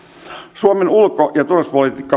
suomen ulko ja turvallisuuspolitiikkaa